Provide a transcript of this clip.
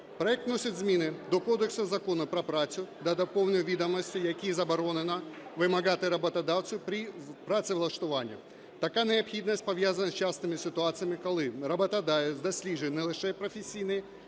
Проект вносить зміни до Кодексу законів про працю України та доповнює відомості, які заборонено вимагати роботодавцю при працевлаштуванні. Така необхідність пов'язана з частими ситуаціями, коли роботодавець досліджує не лише професійні